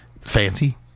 Fancy